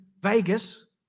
vegas